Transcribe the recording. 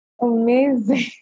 Amazing